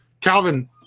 calvin